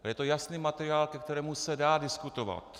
Je to jasný materiál, ke kterému se dá diskutovat.